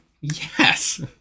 Yes